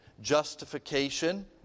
justification